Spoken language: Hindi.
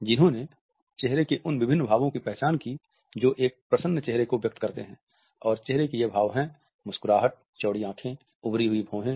जिन्होंने चेहरे के उन विभिन्न भावों की पहचान की जो एक प्रसन्न चेहरे को व्यक्त करते हैं और चेहरे के ये भाव है मुस्कुराहट चौड़ी आँखें उभरी हुई भौहें हैं